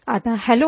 आता हॅलो